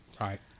Right